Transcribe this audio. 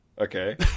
Okay